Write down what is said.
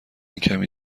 کمی